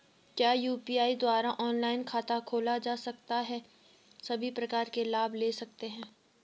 क्या यु.पी.आई द्वारा ऑनलाइन खाता खोला जा सकता है सभी प्रकार के लाभ ले सकते हैं?